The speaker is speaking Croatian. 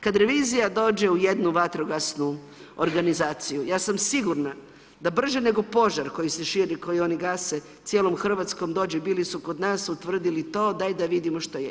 Kad revizija dođe u jednu vatrogasnu organizaciju ja sam sigurna da brže nego požar koji se širi, koji oni gase cijelom Hrvatskom, dođe, bili su kod nas, utvrdili to, daj da vidimo što je.